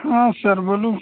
हँ सर बोलूँ